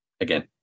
again